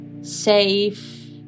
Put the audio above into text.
safe